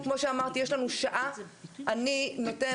כמו שאמרתי יש לנו שעה, אני מבקשת